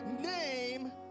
name